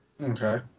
Okay